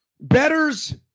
Betters